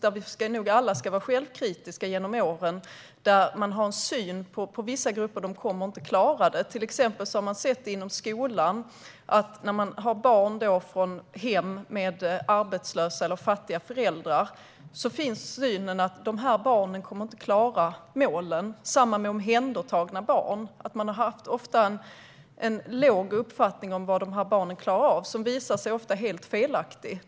Vi ska alla vara självkritiska för att man genom åren har haft en syn på vissa grupper som innebär att de inte kommer att klara sig. Man har också haft synen att barn till arbetslösa eller i fattiga familjer inte kommer att klara målen. Detsamma gäller omhändertagna barn. Man har haft en låg uppfattning om vad dessa barn klarar av som ofta visar sig vara helt felaktig.